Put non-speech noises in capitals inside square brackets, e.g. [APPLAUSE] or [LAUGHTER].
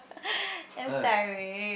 [NOISE] damn tiring